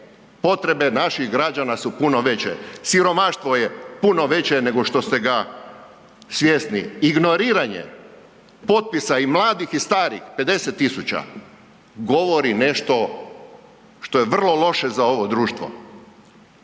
potrebe naših građana su puno veće. Siromaštvo je puno veće nego što ste ga svjesni. Ignoriranje potpisa i mladih i starih, 50 tisuća govori nešto što je vrlo loše za ovo društvo.